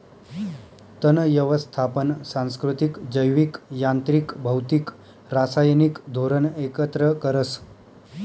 तण यवस्थापन सांस्कृतिक, जैविक, यांत्रिक, भौतिक, रासायनिक धोरण एकत्र करस